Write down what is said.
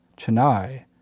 Chennai